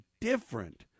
different